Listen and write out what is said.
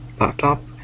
laptop